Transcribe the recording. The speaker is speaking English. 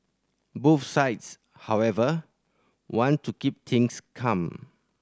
both sides however want to keep things calm